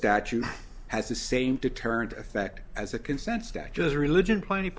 statute has the same deterrent effect as a consent statute as a religion plenty